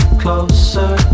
closer